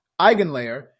Eigenlayer